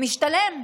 משתלם,